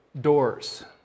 doors